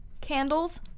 Candles